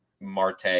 Marte